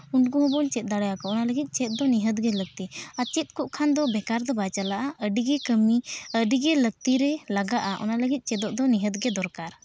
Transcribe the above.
ᱩᱱᱠᱩ ᱦᱚᱸᱵᱚᱱ ᱪᱮᱫ ᱫᱟᱲᱮᱭᱟᱠᱚᱣᱟ ᱚᱱᱟ ᱞᱟᱹᱜᱤᱫ ᱪᱮᱫ ᱫᱚ ᱱᱤᱦᱟᱹᱛ ᱜᱮ ᱞᱟᱹᱠᱛᱤ ᱟᱨ ᱪᱮᱫ ᱠᱚᱜ ᱠᱷᱟᱱ ᱵᱮᱠᱟᱨ ᱫᱚ ᱵᱟᱭ ᱪᱟᱞᱟᱜᱼᱟ ᱟᱹᱰᱤᱜᱮ ᱠᱟᱹᱢᱤ ᱟᱹᱰᱤᱜᱮ ᱞᱟᱹᱠᱛᱤ ᱨᱮ ᱞᱟᱜᱟᱜᱼᱟ ᱚᱱᱟ ᱞᱟᱹᱜᱤᱫ ᱪᱮᱫᱚᱜ ᱫᱚ ᱱᱤᱦᱟᱹᱛ ᱜᱮ ᱫᱚᱨᱠᱟᱨ